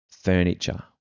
furniture